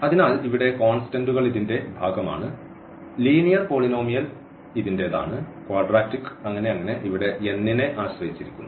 അതിനാൽ ഇവിടെ കോൺസ്റ്റന്റുകൾ ഇതിന്റെ ഭാഗമാണ് ലീനിയർ പോളിനോമിയൽ ഇതിന്റെതാണ് ക്വാഡ്രാറ്റിക് അങ്ങനെ അങ്ങനെ ഇവിടെ n നെ ആശ്രയിച്ചിരിക്കുന്നു